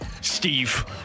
Steve